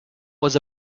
was